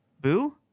Boo